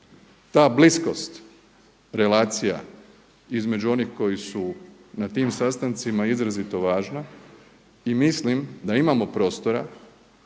Ta bliskost relacija između onih koji su na tim sastancima izrazito važna i mislim da imamo prostora